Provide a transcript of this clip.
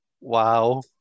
wow